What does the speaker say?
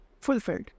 fulfilled